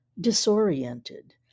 disoriented